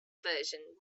version